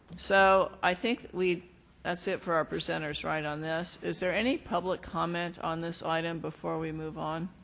so i think we've that's it for our presenters, right, on this? is there any public comment on this item before we move on?